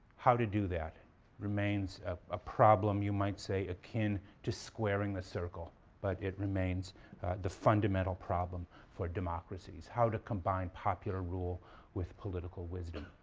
how to do that remains a problem, you might say, akin to squaring the circle but it remains the fundamental problem for democracies, how to combine popular rule with political wisdom.